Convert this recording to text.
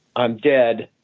i'm dead.